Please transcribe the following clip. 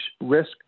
risk